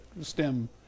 STEM